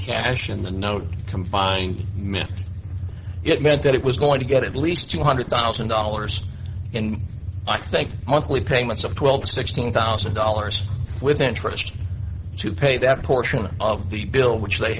cash in the note combined missed it meant that it was going to get at least two hundred thousand dollars in i think monthly payments of twelve to sixteen thousand dollars with interest to pay that portion of the bill which they